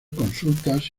consultas